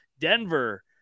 Denver